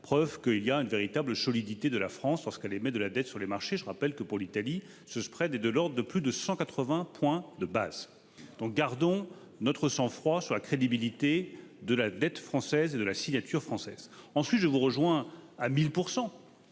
Preuve que il y a une véritable solidité de la France ce qu'elle émet de la dette sur les marchés. Je rappelle que pour l'Italie ce spread est de l'ordre de plus de 180 points de base. Donc gardons notre sang-froid sur la crédibilité de la dette française et de la signature française, ensuite je vous rejoins à 1000%.